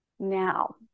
Now